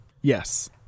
Yes